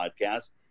podcast